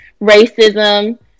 racism